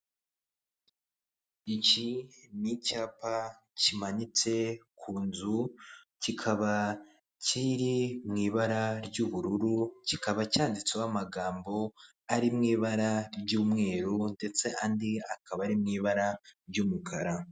Iki ni icyapa kimanitse ku nzu kikaba kiri mu ibara ry'ubururu, kikaba cyanditseho amagambo ari mu ibara ry'umweru ndetse andi akaba ari mu ibara ry'umukara.